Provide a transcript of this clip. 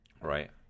Right